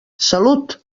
salut